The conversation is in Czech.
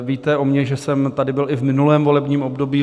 Víte o mně, že jsem tady byl i v minulém volebním období.